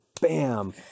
bam